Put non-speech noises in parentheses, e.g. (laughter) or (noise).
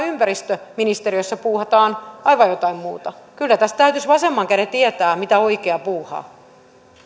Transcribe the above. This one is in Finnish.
(unintelligible) ympäristöministeriössä puuhataan jotain aivan muuta kyllä tässä täytyisi vasemman käden tietää mitä oikea puuhaa